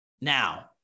Now